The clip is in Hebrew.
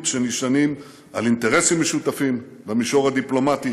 שנשענים על אינטרסים משותפים במישור הדיפלומטי,